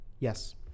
Yes